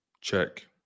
check